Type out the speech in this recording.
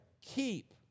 keep